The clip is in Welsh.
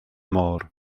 môr